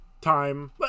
time